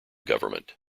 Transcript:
government